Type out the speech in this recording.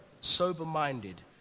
sober-minded